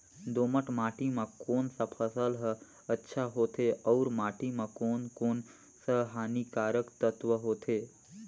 दोमट माटी मां कोन सा फसल ह अच्छा होथे अउर माटी म कोन कोन स हानिकारक तत्व होथे?